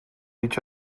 each